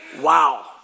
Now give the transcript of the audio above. Wow